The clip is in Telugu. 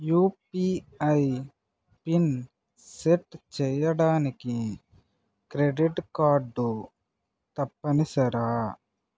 యూపీఐ పిన్ సెట్ చేయడానికి క్రెడిట్ కార్డు తప్పనిసరా